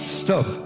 stop